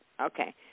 Okay